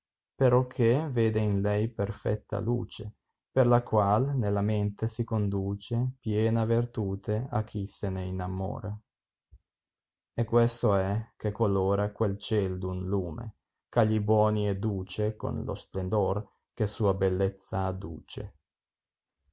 onora perocché vede in lei perfetta luce per la qual nella mente si conduce piena vertute a chi se ne innamora e questo é che colora quel ciel d un lume eh agli buoni è daoa con lo splendor che sua bellexza addace